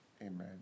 Amen